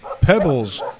Pebbles